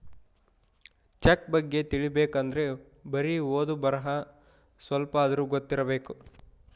check ಬಗ್ಗೆ ತಿಲಿಬೇಕ್ ಅಂದ್ರೆ ಬರಿ ಓದು ಬರಹ ಸ್ವಲ್ಪಾದ್ರೂ ಗೊತ್ತಿರಬೇಕು